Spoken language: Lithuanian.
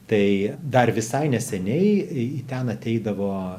tai dar visai neseniai į ten ateidavo